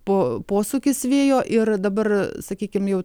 po posūkis vėjo ir dabar sakykim jau